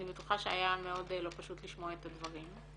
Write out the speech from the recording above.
אני בטוחה שהיה מאוד לא פשוט לשמוע את הדברים.